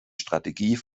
strategie